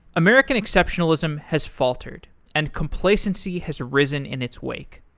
american exceptionalism has faltered and complacency has risen in its wake.